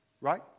right